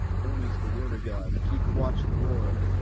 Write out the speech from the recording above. hermes the warder-god, keep watch and ward,